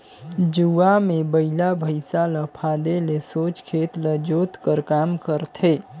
जुवा मे बइला भइसा ल फादे ले सोझ खेत ल जोत कर काम करथे